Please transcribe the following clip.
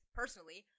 personally